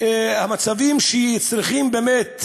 המצבים שמצריכים באמת